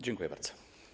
Dziękuję bardzo.